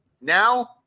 now